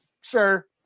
Sure